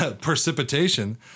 Precipitation